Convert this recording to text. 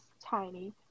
tiny